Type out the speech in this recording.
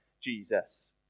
Jesus